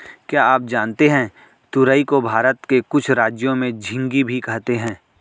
क्या आप जानते है तुरई को भारत के कुछ राज्यों में झिंग्गी भी कहते है?